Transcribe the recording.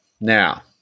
Now